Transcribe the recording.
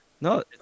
no